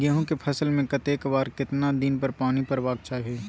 गेहूं के फसल मे कतेक बेर आ केतना दिन पर पानी परबाक चाही?